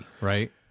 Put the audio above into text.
right